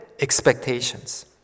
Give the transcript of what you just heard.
expectations